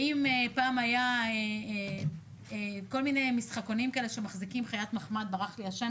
ואם פעם היו כל מיני משחקים כאלה שמחזיקים טמגוצ'י,